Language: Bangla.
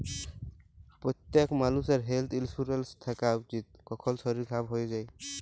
প্যত্তেক মালুষের হেলথ ইলসুরেলস থ্যাকা উচিত, কখল শরীর খারাপ হয়ে যায়